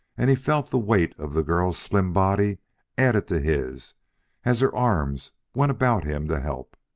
and he felt the weight of the girl's slim body added to his as her arms went about him to help.